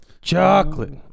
chocolate